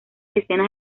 decenas